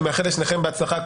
אני מאחל לשניכם בהצלחה,